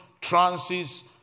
trances